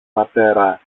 πατέρα